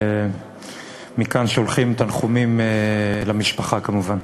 מכאן אנחנו שולחים תנחומים למשפחה, כמובן.